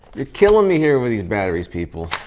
you're killing me here with these batteries people.